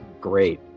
great